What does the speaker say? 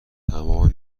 تمام